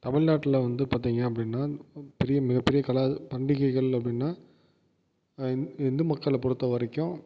தமிழ்நாட்டில் வந்து பார்த்திங்க அப்படினா பெரிய மிகப்பெரிய கலா பண்டிகைகள் அப்படினா இந் இந்து மக்களை பொறுத்த வரைக்கும்